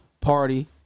party